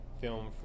film